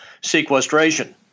sequestration